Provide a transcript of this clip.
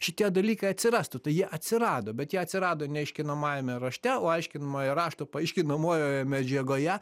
šitie dalykai atsirastų tai jie atsirado bet jie atsirado ne aiškinamajame rašte o aiškinamojo rašto paaiškinamojoje medžiagoje